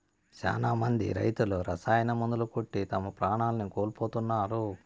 శ్యానా మంది రైతులు రసాయన మందులు కొట్టి తమ ప్రాణాల్ని కోల్పోతున్నారు